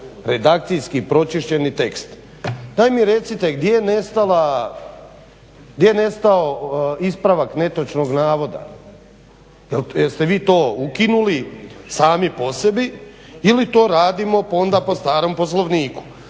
redakcijski pročišćeni tekst. Daj mi recite gdje je nestao ispravak netočnog navoda? Jeste vi to ukinuli sami po sebi ili to radimo onda po starom Poslovniku?